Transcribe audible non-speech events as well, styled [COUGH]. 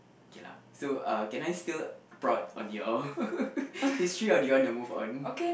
okay lah so uh can I still prod on your [LAUGHS] history or do you want to move on